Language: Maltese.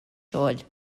xogħol